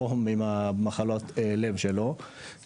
אדם שלא מסוגל עם מחלות הלב שלא לעבוד בחום